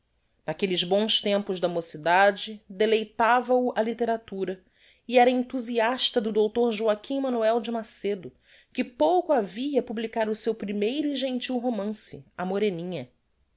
naquelles bons tempos da mocidade deleitava o a litteratura e era enthusiasta do dr joaquim manoel de macedo que pouco havia publicara o seu primeiro e gentil romance a moreninha ainda